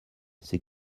c’est